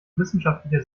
wissenschaftlicher